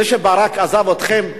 זה שברק עזב אתכם,